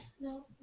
No